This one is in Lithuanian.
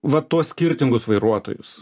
va tuos skirtingus vairuotojus